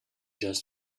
just